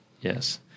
Yes